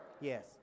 Yes